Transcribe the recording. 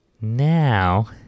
Now